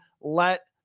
let